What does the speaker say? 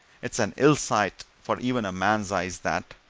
it's an ill sight for even a man's eyes, that!